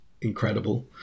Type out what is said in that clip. incredible